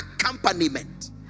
accompaniment